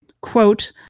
Quote